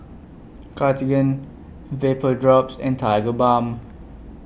Cartigain Vapodrops and Tigerbalm